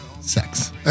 sex